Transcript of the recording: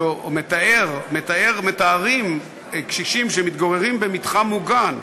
שבו מתארים קשישים שמתגוררים במתחם מוגן,